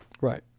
right